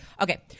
Okay